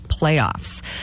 playoffs